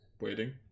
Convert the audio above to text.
waiting